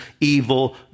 evil